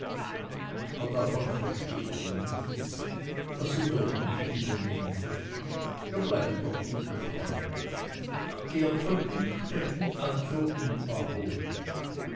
aber davon versteht ihr nichts was ihr mir nicht übelnehmen dürft wir bleiben doch gute freunde geert von innstetten also und baron